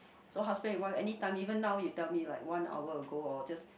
so husband and wife anytime even now you tell me like one hour ago or just